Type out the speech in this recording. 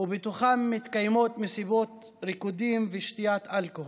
ובתוכם מתקיימות מסיבות ריקודים ושתיית אלכוהול.